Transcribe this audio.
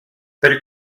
per